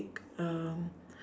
um